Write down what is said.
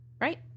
Right